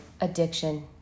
addiction